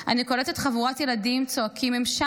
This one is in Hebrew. אני קולטת חבורת ילדים צועקים: הם שמה,